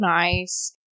nice